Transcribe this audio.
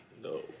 No